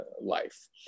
life